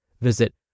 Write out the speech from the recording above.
Visit